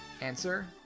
Answer